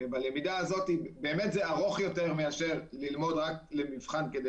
וכאן זה באמת ארוך יותר מאשר רק ללמוד למבחן כדי